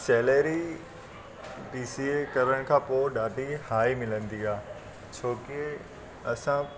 salary B C A करण खां पोइ ॾाढी हाइ मिलंदी आहे छो की असां